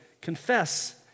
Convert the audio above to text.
confess